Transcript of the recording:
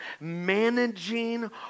managing